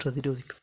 പ്രതിരോധിക്കും